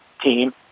team